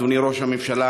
אדוני ראש הממשלה,